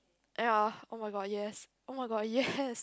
ya oh-my-god yes oh-my-god yes